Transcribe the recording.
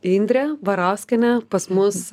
indrė barauskienė pas mus